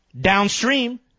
downstream